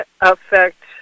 affect